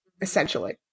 Essentially